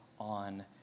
on